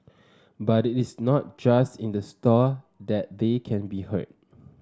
but it is not just in the store that they can be heard